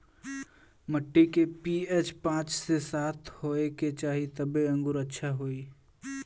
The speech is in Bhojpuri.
मट्टी के पी.एच पाँच से सात होये के चाही तबे अंगूर अच्छा होई